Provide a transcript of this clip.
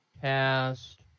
cast